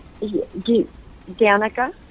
Danica